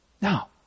Now